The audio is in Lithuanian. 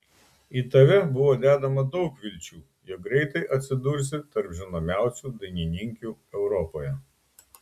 į tave buvo dedama daug vilčių jog greitai atsidursi tarp žinomiausių dainininkių europoje